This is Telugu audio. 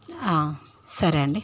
సరే అండి